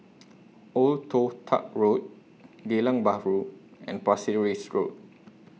Old Toh Tuck Road Geylang Bahru and Pasir Ris Road